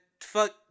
Fuck